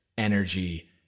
energy